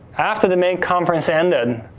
after the main conference ended,